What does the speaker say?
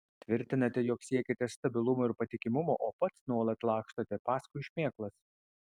tvirtinate jog siekiate stabilumo ir patikimumo o pats nuolat lakstote paskui šmėklas